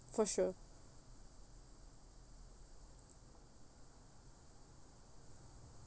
for sure